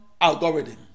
algorithm